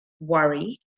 worry